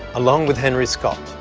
along with henry scott,